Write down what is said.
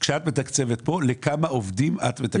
כשאת מתקצבת פה, לכמה עובדים את מתקצבת?